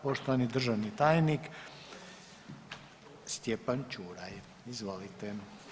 Poštovani državni tajnik Stjepan Čuraj, izvolite.